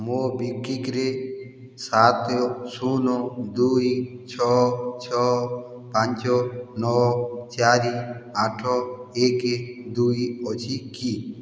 ମୋବିକ୍ଵିକ୍ରେ ସାତ ଶୁନ ଦୁଇ ଛଅ ଛଅ ପାଞ୍ଚ ନଅ ଚାରି ଆଠ ଏକ ଦୁଇ ଅଛି କି